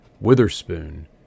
Witherspoon